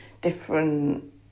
different